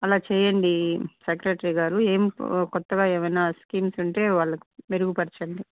అలా చేయండి సెక్రటరీ గారు ఏం కొత్తగా ఏమైన స్కీమ్స్ ఉంటే వాళ్ళకు మెరుగుపరచండి